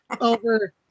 over